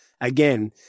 again